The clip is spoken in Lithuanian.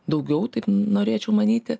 daugiau taip norėčiau manyti